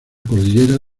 cordillera